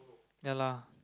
ya lah